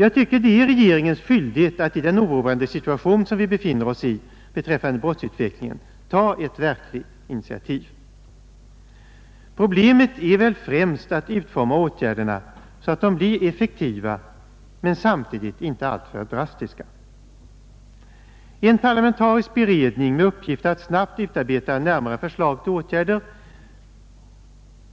Jag tycker att det är regeringens skyldighet att i den oroande situation som vi befinner oss beträffande brottsutvecklingen ta ett verkligt initiativ. Problemet är väl främst att utforma åtgärderna så att de blir effektiva men samtidigt inte alltför drastiska. En parlamentarisk beredning med uppgift att snabbt utarbeta närmare förslag till åtgärder